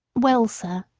well, sir,